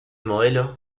modelo